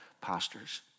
pastors